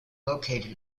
located